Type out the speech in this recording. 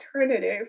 alternative